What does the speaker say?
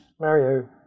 Mario